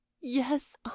Yes